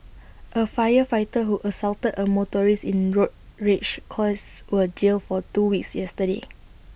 A firefighter who assaulted A motorist in road rage cause was jailed for two weeks yesterday